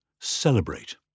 celebrate